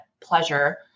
pleasure